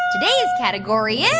today's category is.